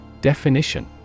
Definition